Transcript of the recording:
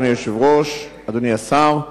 אדוני היושב-ראש, אדוני השר,